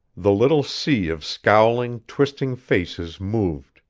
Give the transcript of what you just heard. the little sea of scowling, twisting faces moved,